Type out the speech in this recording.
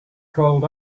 called